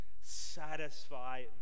satisfy